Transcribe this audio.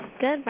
Good